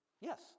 Yes